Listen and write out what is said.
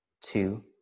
two